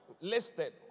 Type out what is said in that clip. listed